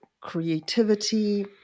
creativity